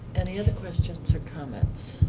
any other questions or comments?